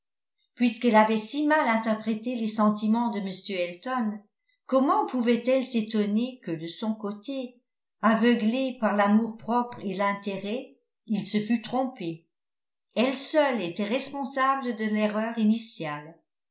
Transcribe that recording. puisqu'elle avait si mal interprété les sentiments de m elton comment pouvait-elle s'étonner que de son côté aveuglé par l'amour-propre et l'intérêt il se fût trompé elle seule était responsable de l'erreur initiale